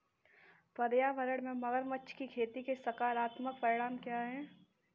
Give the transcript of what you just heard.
पर्यावरण में मगरमच्छ की खेती के सकारात्मक परिणाम क्या हैं?